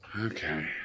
Okay